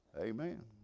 Amen